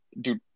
Dude